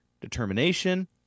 determination